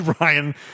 Ryan